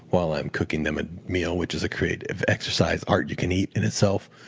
while i'm cooking them a meal, which is a creative exercise art you can eat in itself.